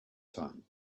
time